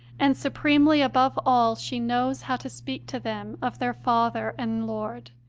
and, supremely above all, she knows how to speak to them of their father and lord,